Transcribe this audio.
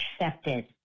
accepted